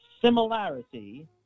similarity